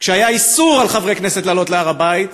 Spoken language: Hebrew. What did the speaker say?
כשהיה איסור על חברי הכנסת לעלות להר-הבית,